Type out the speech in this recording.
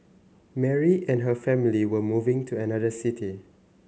Mary and her family were moving to another city